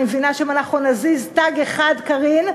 אני מבינה שאם אנחנו נזיז תג אחד, קארין,